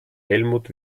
helmut